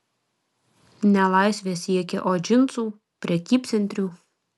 ne laisvės siekė o džinsų prekybcentrių